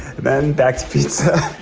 then back to pizza.